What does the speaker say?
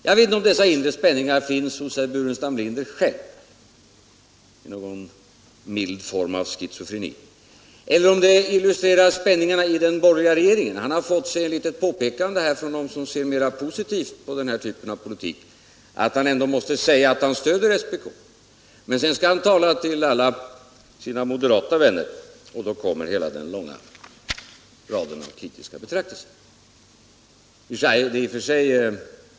Jag vet inte om alla dessa inre spänningar finns hos herr Burenstam Linder själv, som någon mild form av schizofreni, eller om hans anförande illustrerar spänningar inom den borgerliga regeringen. Herr Burenstam Linder har fått sig ett litet påpekande här från dem som ser mera positivt på denna typ av politik, att han ändå måste säga att han stöder SPK. Men sedan skall herr Burenstam Linder tala till alla sina moderata vänner, och då kommer hela den långa raden av kritiska betraktelser.